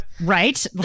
Right